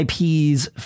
IPs